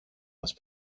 μας